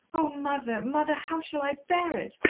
oh, mother, mother, how shall i bear it?